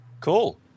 cool